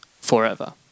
forever